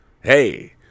hey